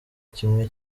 kimwe